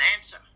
answer